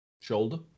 Shoulder